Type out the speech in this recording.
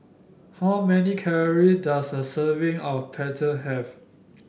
how many calorie does a serving of Pretzel have